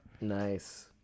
Nice